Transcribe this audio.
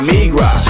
Migra